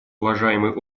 уважаемый